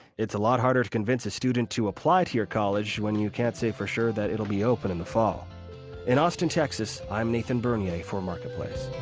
it's a lot harder to convince a student to apply to your college when can't say for sure that it'll be open in the fall in austin, texas, i'm nathan bernier for marketplace